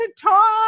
talk